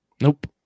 nope